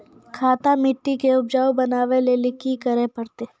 खराब मिट्टी के उपजाऊ बनावे लेली की करे परतै?